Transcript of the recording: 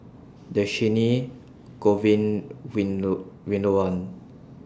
Dhershini Govin Winodan